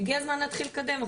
והגיע הזמן להתחיל לקדם אותו.